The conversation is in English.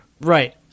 right